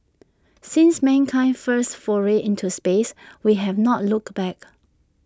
since mankind's first foray into space we have not looked back